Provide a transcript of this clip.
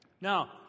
now